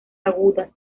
agudas